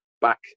back